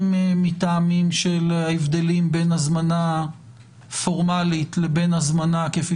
אם מטעמים של ההבדלים בין הזמנה פורמלית לבין הזמנה כפי